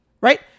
Right